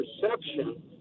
perception